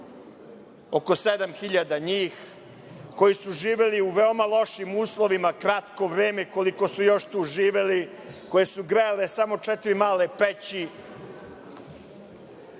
hiljada njih, koji su živeli u veoma lošim uslovima, kratko vreme, koliko su još tu živeli, koje su grejale samo četiri male peći.